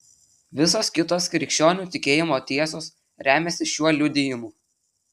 visos kitos krikščionių tikėjimo tiesos remiasi šiuo liudijimu